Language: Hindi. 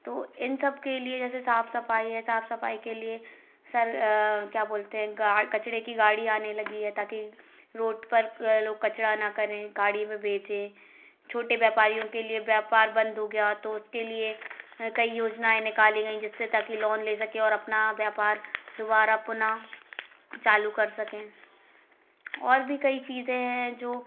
तो इन सब के लिए जैसे साफ सफाई है साफ़ सफाई के लिए सर क्या बोलते है कचड़े की गाड़ी आने लगी है ताकि रोड पर लोग कचड़ा न करे गाड़ी में भेजे छोटे व्यापारियों के लिए व्यापार बंद हो गया तो उसके लिए कई योजनाएँ निकाली गई जिससे ताकि लोन ले सके और अपना व्यापार दुबारा पुनः चालू कर सके और भी कई चीज़े हैं जो